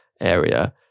area